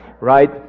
right